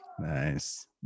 Nice